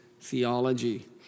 theology